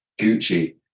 gucci